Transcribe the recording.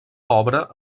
obra